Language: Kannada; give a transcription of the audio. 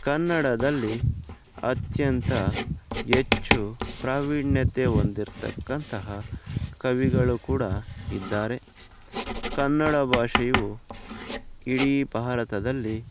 ಕನ್ನಡದಲ್ಲಿ ಅತ್ಯಂತ ಹೆಚ್ಚು ಪ್ರಾವೀಣ್ಯತೆ ಹೊಂದಿರ್ತಕ್ಕಂತಹ ಕವಿಗಳೂ ಕೂಡ ಇದ್ದಾರೆ ಕನ್ನಡ ಭಾಷೆಯು ಇಡೀ ಭಾರತದಲ್ಲಿ